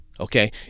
Okay